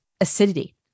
acidity